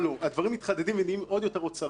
הדברים מתחדדים ונהיים עוד יותר אוצריים כי זה